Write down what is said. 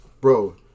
bro